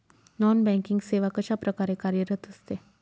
Non banking सेवा कशाप्रकारे कार्यरत असते?